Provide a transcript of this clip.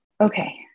Okay